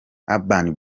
urban